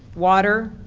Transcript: water,